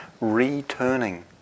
returning